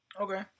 Okay